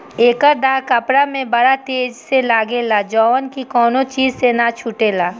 एकर दाग कपड़ा में बड़ा तेज लागेला जउन की कवनो चीज से ना छुटेला